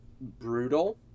brutal